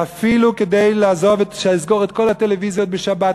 ואפילו שיסגור את כל הטלוויזיות בשבת,